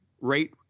rate